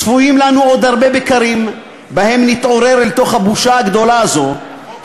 צפויים לנו עוד הרבה בקרים שבהם נתעורר אל תוך הבושה הגדולה הזאת,